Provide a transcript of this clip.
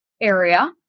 area